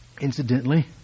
incidentally